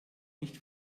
nicht